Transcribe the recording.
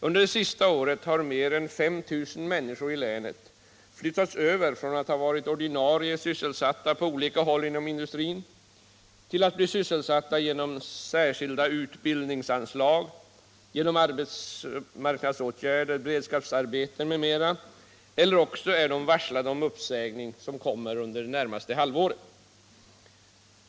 Under det senaste året har mer än 5 000 människor i länet flyttats över från att ha varit ordinarie sysselsatta på olika håll inom industrin till att bli sysselsatta genom särskilda utbildningsanslag, arbetsmarknadsåtgärder, beredskapsarbeten m.m., eller också är de varslade om uppsägning, som kommer under det närmaste halvåret.